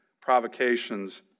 provocations